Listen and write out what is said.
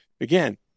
again